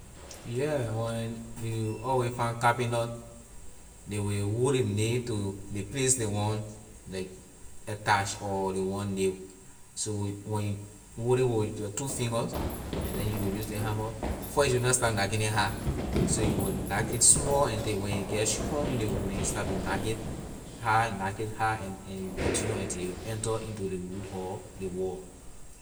Yeah when you always find carpenter ley will hold ley nail to the place ley want like attach or ley want nail so when you hold it with your two finger and then you will use ley hammer first you will na start knacking it hard so you will knack it small until when it get strong in the wood then you start to knack it hard knack it hard and and you continue until it enter in to ley wood or ley wall.